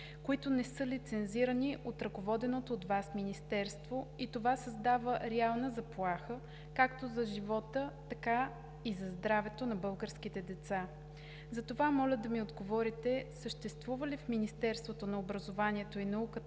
които не са лицензирани от ръководеното от Вас Министерство и това създава реална заплаха както за живота, така и за здравето на българските деца. Затова моля да ми отговорите: съществува ли в Министерството на образованието и науката